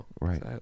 Right